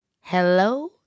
hello